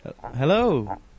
hello